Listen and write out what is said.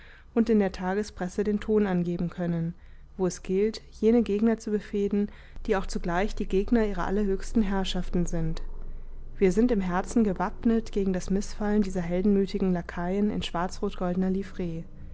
und in der tagespresse den ton angeben können wo es gilt jene gegner zu befehden die auch zugleich die gegner ihrer allerhöchsten herrschaften sind wir sind im herzen gewappnet gegen das mißfallen dieser heldenmütigen lakaien in schwarzrotgoldner livree